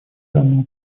данного